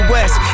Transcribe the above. West